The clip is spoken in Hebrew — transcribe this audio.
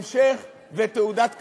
המשך ותעודת כבוד.